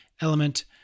Element